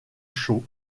chaud